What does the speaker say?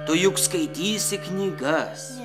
tu juk skaitysi knygas